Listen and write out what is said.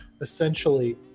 essentially